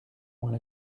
moins